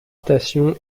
stations